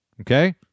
Okay